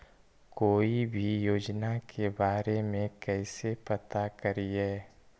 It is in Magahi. कोई भी योजना के बारे में कैसे पता करिए?